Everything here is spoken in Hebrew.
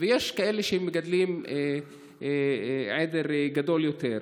ויש כאלה שמגדלים עדר גדול יותר.